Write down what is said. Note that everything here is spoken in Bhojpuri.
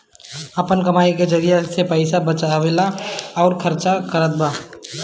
आपन कमाई के जरिआ से पईसा बचावेला अउर खर्चा करतबा